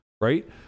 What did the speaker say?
right